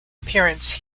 appearance